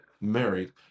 married